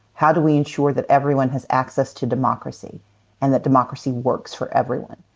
how do we ensure that everyone has access to democracy and that democracy works for everyone?